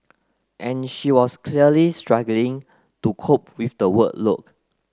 and she was clearly struggling to cope with the workload